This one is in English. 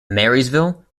marysville